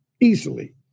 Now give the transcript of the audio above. easily